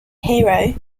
hero